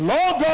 Lord